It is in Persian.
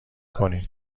کنین